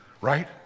Right